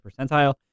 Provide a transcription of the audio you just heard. percentile